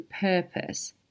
purpose